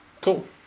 Cool